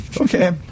Okay